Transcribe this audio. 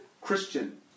Christian